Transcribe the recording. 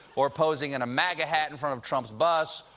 or posing in a maga hat in front of trump's bus,